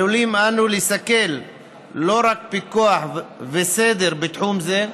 עלולים אנו לסכל לא רק פיקוח, וסדר, בתחום זה,